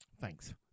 Thanks